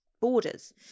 borders